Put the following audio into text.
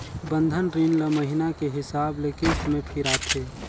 बंधन रीन ल महिना के हिसाब ले किस्त में फिराथें